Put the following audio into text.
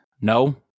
No